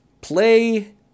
play